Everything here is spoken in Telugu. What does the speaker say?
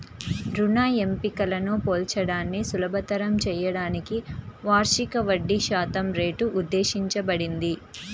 రుణ ఎంపికలను పోల్చడాన్ని సులభతరం చేయడానికి వార్షిక వడ్డీశాతం రేటు ఉద్దేశించబడింది